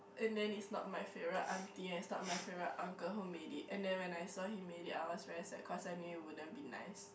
and then it's not my favourite auntie and it's not my favourite uncle who made it and then when I saw he made him I was very sad cause I knew it wouldn't be nice